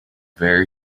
very